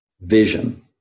vision